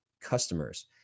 customers